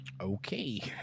okay